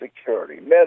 Security